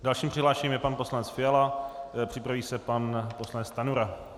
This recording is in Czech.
Dalším přihlášeným je pan poslanec Fiala, připraví se pan poslanec Stanjura.